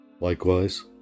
Likewise